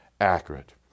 accurate